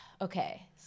Okay